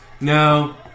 No